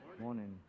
Morning